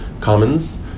commons